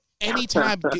anytime